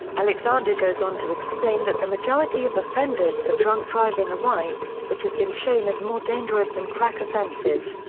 alexander goes on to explain that the majority of offenders for drunk driving are white, which has been shown as more dangerous than crack offenses,